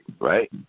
right